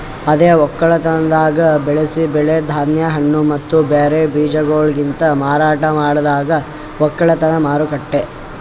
ಅದೇ ಒಕ್ಕಲತನದಾಗ್ ಬೆಳಸಿ ಬೆಳಿ, ಧಾನ್ಯ, ಹಣ್ಣ ಮತ್ತ ಬ್ಯಾರೆ ಬೀಜಗೊಳಲಿಂತ್ ಮಾರಾಟ ಮಾಡದಕ್ ಒಕ್ಕಲತನ ಮಾರುಕಟ್ಟೆ